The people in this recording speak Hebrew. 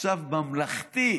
עכשיו ממלכתי.